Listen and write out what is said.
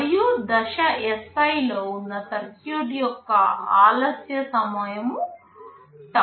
మరియు దశ Si లో ఉన్న సర్క్యూట్ యొక్క ఆలస్య సమయం ti